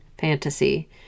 fantasy